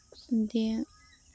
ᱫᱤᱭᱮ